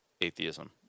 atheism